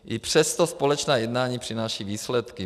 I přesto společná jednání přinášejí výsledky.